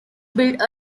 built